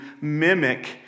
mimic